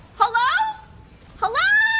hello hello